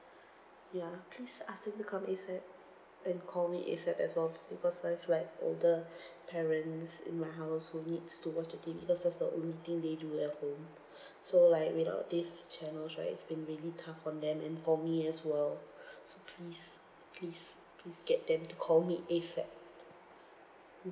ya please ask them to come ASAP and call me ASAP as well because I've like older parents in my house who needs to watch the T_V because that's the only thing they do at home so like without these channels right it's been really tough for them and for me as well so please please please get them to call me ASAP mm